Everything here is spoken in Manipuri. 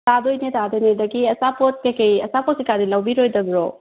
ꯇꯥꯗꯣꯏꯅꯦ ꯇꯥꯗꯣꯏꯅꯦ ꯑꯗꯒꯤ ꯑꯆꯥꯄꯣꯠ ꯀꯔꯤ ꯀꯔꯤ ꯑꯆꯥꯄꯣꯠ ꯀꯔꯤ ꯀꯔꯥꯗꯤ ꯂꯧꯕꯤꯔꯣꯏꯗꯕ꯭ꯔꯣ